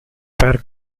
per